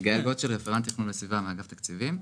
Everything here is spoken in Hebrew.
יגאל גוטשל, רפרנט תכנון וסביבה, אגף תקציבים.